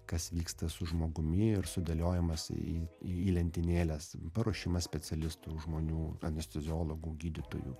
kas vyksta su žmogumi ir sudėliojimas jį į lentynėles paruošimas specialistų žmonių anesteziologų gydytojų